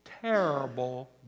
terrible